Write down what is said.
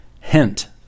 hint